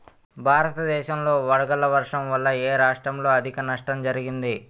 భారతదేశం లో వడగళ్ల వర్షం వల్ల ఎ రాష్ట్రంలో అధిక నష్టం జరిగింది?